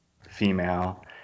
female